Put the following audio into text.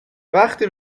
وقتی